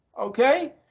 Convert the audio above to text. Okay